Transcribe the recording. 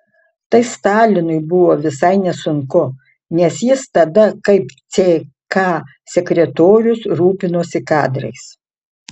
tai stalinui buvo visai nesunku nes jis tada kaip ck sekretorius rūpinosi kadrais